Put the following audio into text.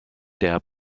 der